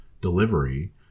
delivery